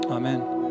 amen